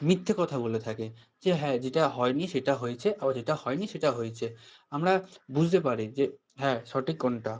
মিথ্যে কথা বলে থাকে যে হ্যাঁ যেটা হয়নি সেটা হয়েছে আবার যেটা হয়নি সেটা হয়েছে আমরা বুঝতে পারি যে হ্যাঁ সঠিক কোনটা